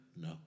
No